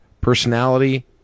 personality